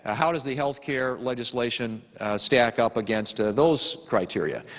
ah how does the health care legislation stack up against ah those criteria?